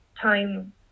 time